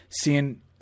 seeing